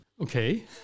Okay